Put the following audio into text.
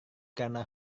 karena